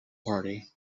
party